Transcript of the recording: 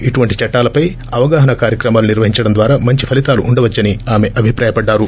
ఇటువంటి చట్టాలపై అవగాహన కార్యక్రమాలు నిర్వహించడం ద్వారా మంచి ఫలితాలు ఉండవచ్చని ఆమె అభిప్రాయపడ్గారు